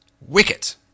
Wicket